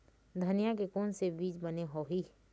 धनिया के कोन से बीज बने होही?